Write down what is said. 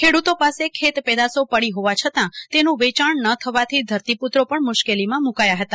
ખેડૂતો પાસે ખેત પેદાશો પડી હોવા છતા તેનું વેયાણ ન થવાથી ધરતીપુત્રો પણ મુશ્કેલીમાં મુકાયા છે